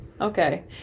Okay